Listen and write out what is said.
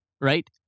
right